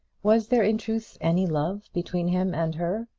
was there in truth any love between him and her?